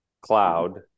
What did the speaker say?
cloud